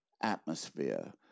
atmosphere